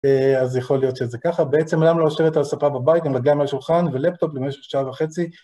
אז יכול להיות שזה ככה, בעצם למה לא לשבת על ספה בבית עם רגליים על השולחן ולפטופ למשך שעה וחצי?